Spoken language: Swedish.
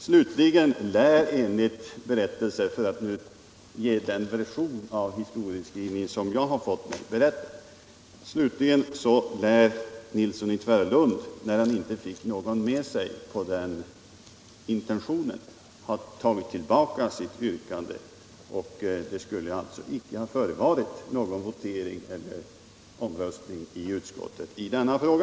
Slutligen lär — för att ge den version av historien som jag fått mig berättad — herr Nilsson i Tvärålund, när han inte fick någon med sig på den intentionen, ha tagit tillbaka sitt yrkande. Det skulle alltså icke ha förevarit någon omröstning i utskottet i denna fråga.